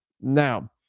now